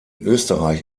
österreich